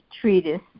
treatise